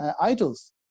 idols